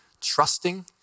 trusting